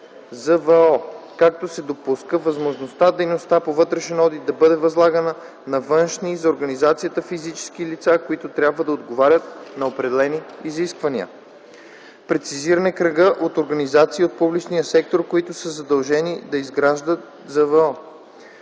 (ЗВО), като се допуска възможността дейността по вътрешен одит да бъде възлагана на външни за организацията физически лица, които трябва да отговарят на определени изисквания; - прецизиране кръга от организации от публичния сектор, които са задължени да изграждат ЗВО;